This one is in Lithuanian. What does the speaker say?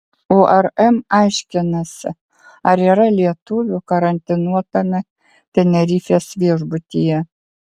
urm aiškinasi ar yra lietuvių karantinuotame tenerifės viešbutyje